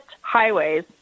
highways